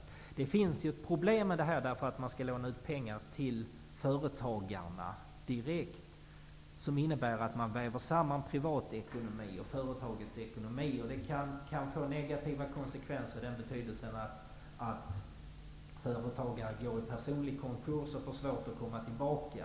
Men det finns ett problem med att man skall låna ut pengar till företagarna direkt, för det innebär att man väver samman privatekonomin och företagets ekonomi. Det kan få negativa konsekvenser på det sättet att företagare som går i personlig konkurs får svårt att komma tillbaka.